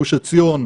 גוש עציון,